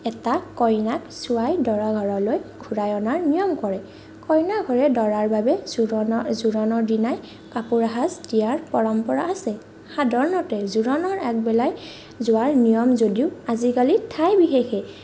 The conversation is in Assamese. এটা কইনাক চোৱাই দৰা ঘৰলৈ ঘূৰাই অনাৰ নিয়ম কৰে কইনা ঘৰে দৰাৰ বাবে জোৰোণৰ জোৰোণৰ দিনাই কাপোৰ এসাজ দিয়াৰ পৰম্পৰা আছে সাধাৰণতে জোৰোণৰ আগবেলাই যোৱাৰ নিয়ম যদিও আজিকালি ঠাই বিশেষে